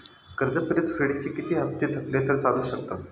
कर्ज परतफेडीचे किती हप्ते थकले तर चालू शकतात?